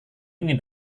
ini